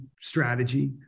strategy